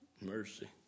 Mercy